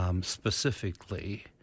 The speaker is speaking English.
specifically